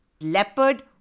leopard